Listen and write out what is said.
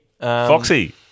Foxy